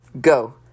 Go